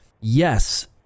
yes